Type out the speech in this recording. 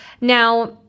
Now